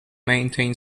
maintain